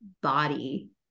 body